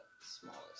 smallest